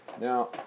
Now